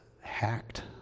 hacked